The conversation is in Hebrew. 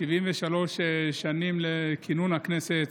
73 שנים לכינון הכנסת